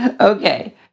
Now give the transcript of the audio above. Okay